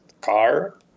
car